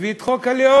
הביא את חוק הלאום.